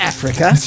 Africa